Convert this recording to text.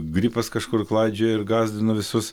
gripas kažkur klaidžioja ir gąsdina visus